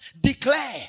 declare